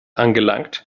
angelangt